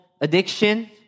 addiction